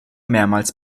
mehrmals